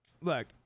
look